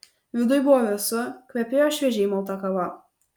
viduj buvo vėsu kvepėjo šviežiai malta kava